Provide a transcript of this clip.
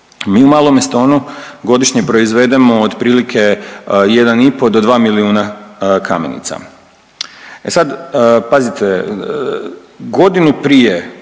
Mi u Malome Stonu godišnje proizvedemo otprilike 1,5 do 2 milijuna kamenica. E sad, pazite godinu prije